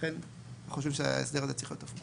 לכן אני חושב שההסדר הזה צריך להיות הפוך.